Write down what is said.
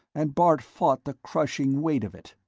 and bart fought the crushing weight of it.